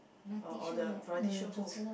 or or the variety show who